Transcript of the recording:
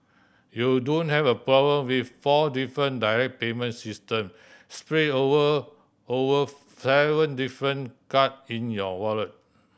you don't have a problem with four different direct payment system spread over over seven different card in your wallet